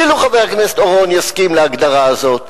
אפילו חבר הכנסת אורון יסכים להגדרה הזאת.